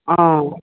অঁ